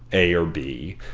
a or b?